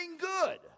good